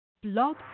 Blog